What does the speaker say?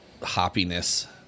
hoppiness